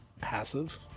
passive